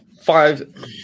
Five